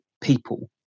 people